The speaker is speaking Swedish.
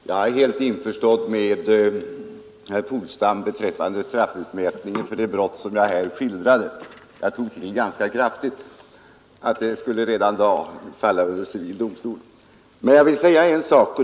Fru talman! Jag är helt införstådd med herr Polstam beträffande straffutmätningen för de brott som jag här skildrade — jag tog till ganska kraftigt. Jag vet att de redan nu förmodligen skulle överlämnas till civil domstol.